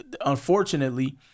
unfortunately